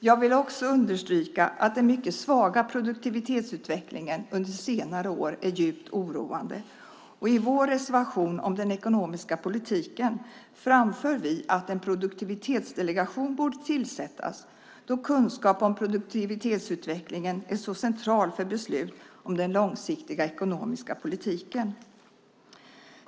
Jag vill också understryka att den mycket svaga produktivitetsutvecklingen under senare år är djupt oroande. I vår reservation om den ekonomiska politiken framför vi att en produktivitetsdelegation borde tillsättas då kunskap om produktivitetsutvecklingen är så central för beslut om den långsiktiga ekonomiska politiken.